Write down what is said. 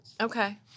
Okay